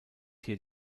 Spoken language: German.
hier